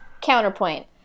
Counterpoint